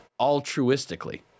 Altruistically